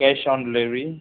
cash on delivery